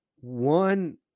one